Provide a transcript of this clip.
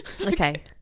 Okay